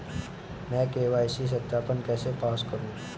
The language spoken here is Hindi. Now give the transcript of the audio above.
मैं के.वाई.सी सत्यापन कैसे पास करूँ?